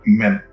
men